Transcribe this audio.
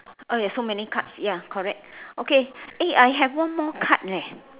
!aiya! so many cards ya correct okay eh I got one more card leh